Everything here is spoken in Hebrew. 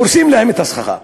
הורסים להם את הסככה.